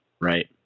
Right